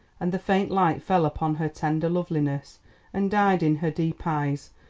and the faint light fell upon her tender loveliness and died in her deep eyes,